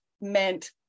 meant